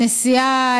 הנשיאה,